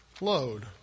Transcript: load